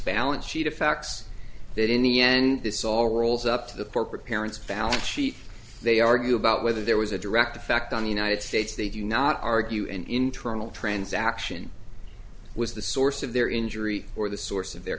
cheeta facts that in the end this all rolls up to the corporate parents balance sheet they argue about whether there was a direct effect on the united states they do not argue an internal transaction was the source of their injury or the source of their